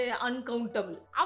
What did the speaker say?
uncountable